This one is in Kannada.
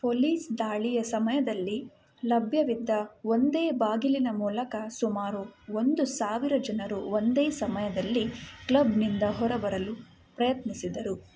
ಪೊಲೀಸ್ ದಾಳಿಯ ಸಮಯದಲ್ಲಿ ಲಭ್ಯವಿದ್ದ ಒಂದೇ ಬಾಗಿಲಿನ ಮೂಲಕ ಸುಮಾರು ಒಂದು ಸಾವಿರ ಜನರು ಒಂದೇ ಸಮಯದಲ್ಲಿ ಕ್ಲಬ್ನಿಂದ ಹೊರಬರಲು ಪ್ರಯತ್ನಿಸಿದರು